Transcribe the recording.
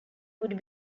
would